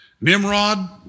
Nimrod